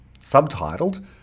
subtitled